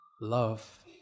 Love